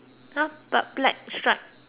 black stripe